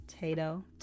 Tato